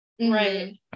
Right